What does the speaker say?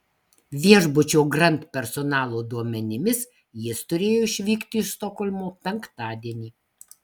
viešbučio grand personalo duomenimis jis turėjo išvykti iš stokholmo penktadienį